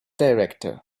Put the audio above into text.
director